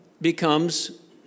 becomes